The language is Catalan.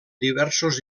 diversos